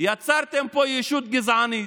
יצרתם פה ישות גזענית.